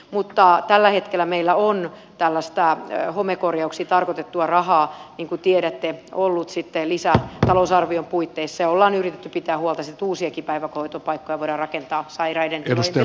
mutta tällä hetkellä meillä on tällaista homekorjauksiin tarkoitettua rahaa niin kuin tiedätte ollut sitten lisätalousarvion puitteissa ja olemme yrittäneet pitää huolta siitä että uusiakin päivähoitopaikkoja voidaan rakentaa sairaiden tilojen tilalle